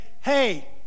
hey